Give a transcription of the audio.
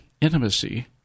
intimacy